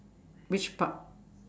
which part